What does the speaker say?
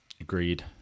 Agreed